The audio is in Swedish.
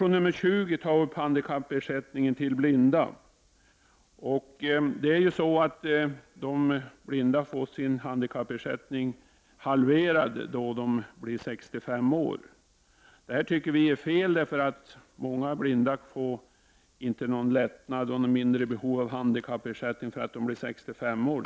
I reservation 20 tas frågan om handikappersättning till blinda upp. De blinda får sin handikappersättning halverad då de blir 65 år. Det tycker vi är fel. Många blinda får inte någon lättnad och något mindre behov av handikappersättning då de blir 65 år.